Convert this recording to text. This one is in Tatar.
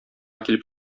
килеп